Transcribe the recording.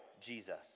Jesus